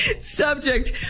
subject